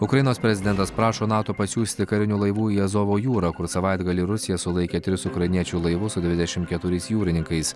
ukrainos prezidentas prašo nato pasiųsti karinių laivų į azovo jūrą kur savaitgalį rusija sulaikė tris ukrainiečių laivus su dvidešimt keturiais jūrininkais